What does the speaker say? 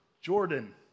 Jordan